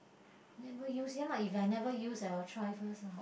never use ya If I never use I will try first ah